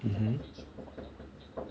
mmhmm